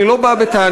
אני לא בא בטענות.